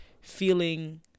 feeling